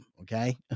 okay